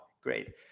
Great